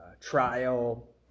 trial